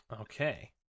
Okay